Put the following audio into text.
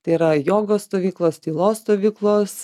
tai yra jogos stovyklos tylos stovyklos